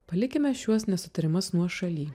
palikime šiuos nesutarimus nuošaly